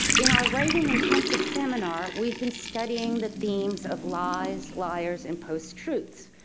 in our writing intensive seminar we've been studying the themes of lies, liars and post truths.